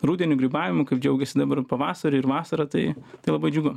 rudeniu grybavimu kaip džiaugiasi dabar pavasariu ir vasara tai tai labai džiugu